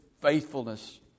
faithfulness